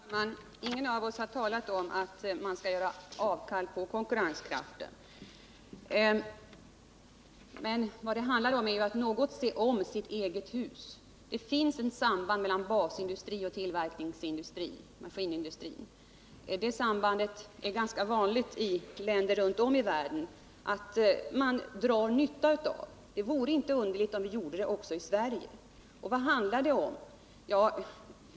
Herr talman! Ingen av oss har talat om att man skall göra avkall på konkurrenskraften. Vad det handlar om är att något se om sitt eget hus. Det finns ett samband mellan basindustri och tillverkningsindustri, maskinindustrin. Det sambandet är det ganska vanligt att man i länder runt om i världen drar nytta av. Det vore inte underligt om vi gjorde det också i Sverige. Vad handlar det om?